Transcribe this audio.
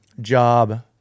job